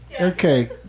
Okay